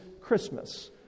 Christmas